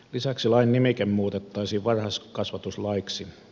lisäksi lain nimike muutettaisiin varhaiskasvatuslaiksi